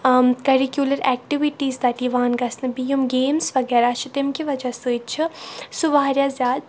عام curricular activities تَتہِ یِوان گَژھنہٕ بیٚیہِ یِم گیمٕز وَغیرہ چھِ تمہِ کہِ وَجہ سۭتۍ چھِ سُہ واریاہ زِیادٕ